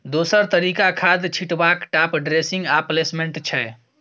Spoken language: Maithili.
दोसर तरीका खाद छीटबाक टाँप ड्रेसिंग आ प्लेसमेंट छै